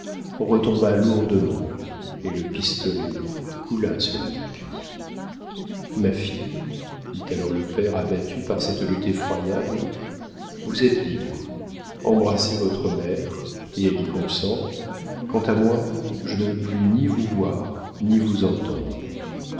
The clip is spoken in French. retomba lourdement et le pistolet roula sur le tapis ma fille dit alors le père abattu par cette lutte effroyable vous êtes libre embrassez votre mère si elle y consent quant à moi je ne veux plus ni vous voir ni vous entendre